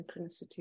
synchronicity